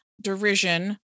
derision